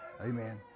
amen